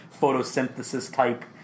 photosynthesis-type